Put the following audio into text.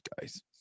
guys